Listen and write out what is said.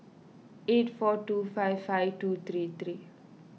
eight four two five five two three three